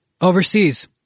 Overseas